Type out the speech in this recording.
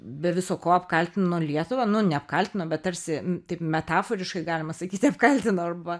be viso ko apkaltino lietuvą nu neapkaltino bet tarsi taip metaforiškai galima sakyti apkaltino arba